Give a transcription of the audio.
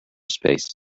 space